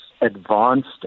advanced